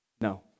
No